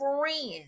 friends